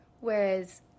whereas